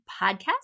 podcast